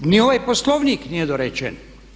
Ni ovaj Poslovnik nije dorečen.